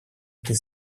этой